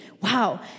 wow